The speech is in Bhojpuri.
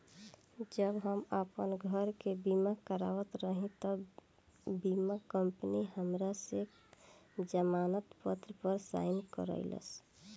जब हम आपन घर के बीमा करावत रही तब बीमा कंपनी हमरा से जमानत पत्र पर साइन करइलस